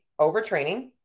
overtraining